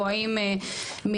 או האם מהוועדה?